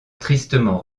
tristement